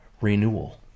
renewal